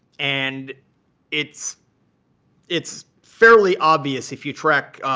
and it's it's fairly obvious if you track,